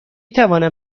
توانم